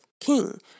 king